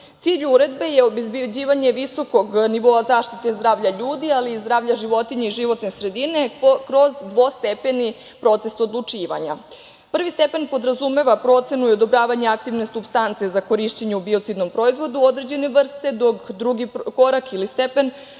Cilj Uredbe je obezbeđivanje visokog nivoa zaštite zdravlja ljudi, ali i zdravlja životinja i životne sredine kroz dvostepeni proces odlučivanja. Prvi stepen podrazumeva procenu i odobravanje aktivne supstance za korišćenje u biocidnom proizvodu određene vrste, dok drugi korak ili stepen